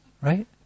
right